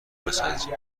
بسنجیم